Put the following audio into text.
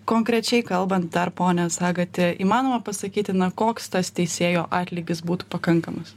konkrečiai kalbant dar pone sagati įmanoma pasakyti na koks tas teisėjo atlygis būt pakankamas